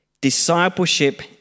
discipleship